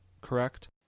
correct